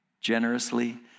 generously